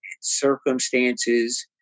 circumstances